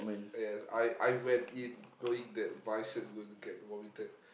yes I I went in knowing that my shirt is going to get vomited